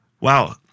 Wow